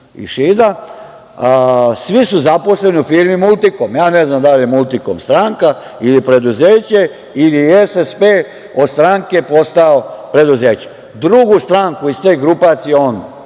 iz Šida. Svi su zaposleni u firmi „Multikom“. Ja ne znam da li je „Multikom“ stranka ili preduzeće ili je SSP od stranke postao preduzeće. Drugu stranku iz te grupacije on